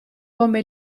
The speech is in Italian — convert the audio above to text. come